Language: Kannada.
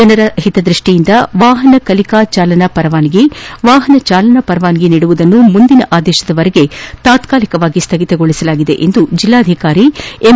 ಜನರ ಹಿತದ್ವಷ್ಲಿಯಿಂದ ವಾಹನ ಕಲಿಕಾ ಚಾಲನ ಪರವಾನಗಿ ವಾಹನ ಚಾಲನ ಪರವಾನಗಿ ನೀಡುವುದನ್ನು ಮುಂದಿನ ಆದೇಶದವರೆಗೆ ತಾತ್ಮಾಲಿಕವಾಗಿ ಸ್ವಗಿತಗೊಳಿಸಲಾಗಿದೆ ಎಂದು ಜಿಲ್ಲಾಧಿಕಾರಿ ಎಂ